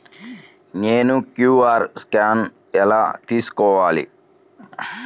నేను QR scan ఎలా తీసుకోవాలి?